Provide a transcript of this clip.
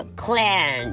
clan